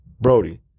Brody